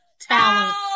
talent